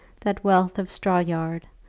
that wealth of straw-yard,